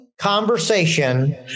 conversation